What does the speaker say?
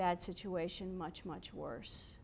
bad situation much much worse